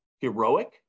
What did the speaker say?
heroic